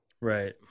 Right